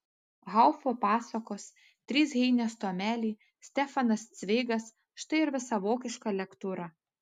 haufo pasakos trys heinės tomeliai stefanas cveigas štai ir visa vokiška lektūra